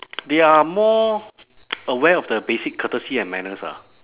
they are more aware of the basic courtesy and manners ah